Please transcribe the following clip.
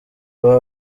baba